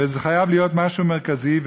וזה חייב להיות משהו מרכזי.